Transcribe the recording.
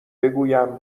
بگویم